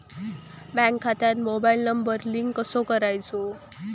Bank खात्यात mobile number link कसो करायचो?